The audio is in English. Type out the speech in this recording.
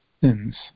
sins